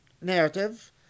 narrative